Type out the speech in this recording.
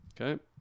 Okay